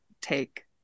take